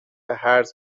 هرز